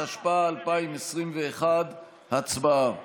התשפ"א 2021. הצבעה.